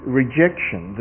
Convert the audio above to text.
rejection